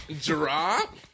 drop